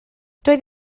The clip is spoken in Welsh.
doedd